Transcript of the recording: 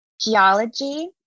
Geology